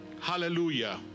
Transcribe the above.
Hallelujah